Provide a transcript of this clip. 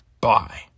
Bye